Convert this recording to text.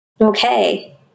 Okay